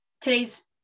today's